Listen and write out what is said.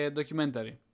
documentary